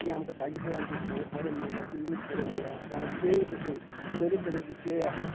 ती आमकां ताची पळय आमकां श्रेय बरें मेळटा जी रूच बरी मेळटा जावं केळीं पसून तरेतरेची केळीं आसात